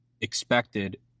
expected